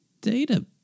data